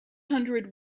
hundred